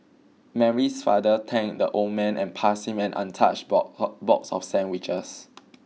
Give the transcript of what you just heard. Mary's father thanked the old man and passed him an untouched box of sandwiches